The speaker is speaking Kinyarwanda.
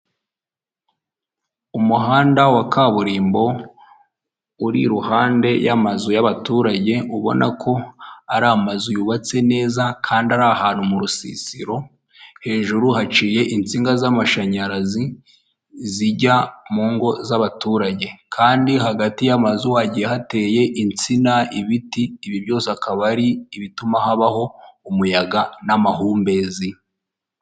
Umuhanda wa kaburimbo uri iruhande y'amazu y'abaturage ubona ko ari amazu yubatse neza kandi ari ahantu mu rusisiro, hejuru haciye insinga z'amashanyarazi, zijya mu ngo z'abaturage. Kandi hagati y'amazu hagiye hateye insina, ibiti, ibi byose akaba ari ibituma habaho umuyaga, n'amahumbezi.